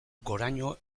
goraño